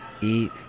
eat